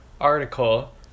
article